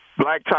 blacktop